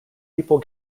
people